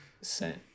sent